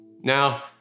Now